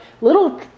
little